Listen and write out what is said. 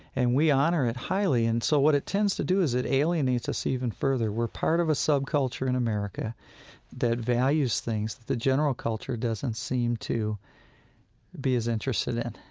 and we honor it highly. and so what it tends to do is it alienates us even further. we're part of a subculture in america that values things the general culture doesn't seem to be as interested in.